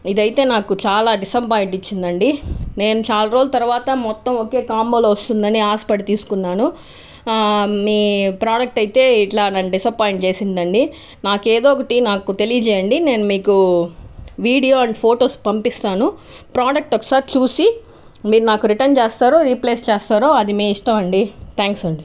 ఇది అయితే నాకు చాలా డిసప్పాయింట్ ఇచ్చింది అండి నేను చాలా రోజుల తర్వాత మొత్తం ఒకే కాంబోలో వస్తుందని ఆశపడి తీసుకున్నాను మీ ప్రోడక్ట్ అయితే ఇట్లా నన్ను డిసప్పాయింట్ చేసింది అండి నాకు ఏదో ఒకటి నాకు తెలియజేయండి నేను మీకు వీడియో అండ్ ఫొటోస్ పంపిస్తాను ప్రోడక్ట్ ఒకసారి చూసి మీరు నాకు రిటర్న్ చేస్తారో రీప్లేస్ చేస్తారో అది మీ ఇష్టం అండి థ్యాంక్స్ అండి